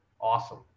Awesome